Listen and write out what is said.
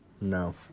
No